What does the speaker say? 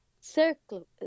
circle